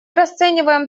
расцениваем